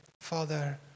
Father